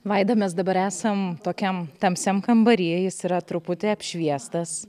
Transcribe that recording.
vaida mes dabar esam tokiam tamsiam kambary jis yra truputį apšviestas